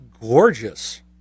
gorgeous